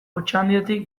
otxandiotik